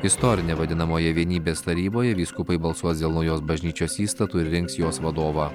istorine vadinamoje vienybės taryboje vyskupai balsuos dėl naujos bažnyčios įstatų ir rinks jos vadovą